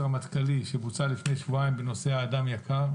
המטכ"לי שבוצע לפני שבועיים בנושא "האדם יקר"